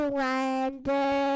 wonder